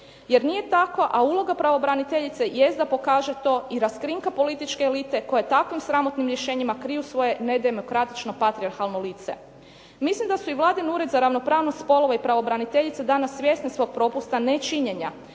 Jer nije takva, a uloga pravobraniteljice i jest da pokaže to i raskrinka političke elite koje takvim sramotnim rješenjima kriju svoje nedemokratično patrijarhalno lice. Mislim da su i Vladin Ured za ravnopravnost spolova i pravobraniteljice danas svjesni svog propusta nečinjenja